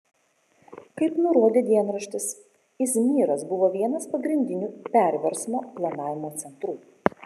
kaip nurodė dienraštis izmyras buvo vienas pagrindinių perversmo planavimo centrų